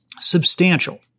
substantial